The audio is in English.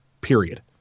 period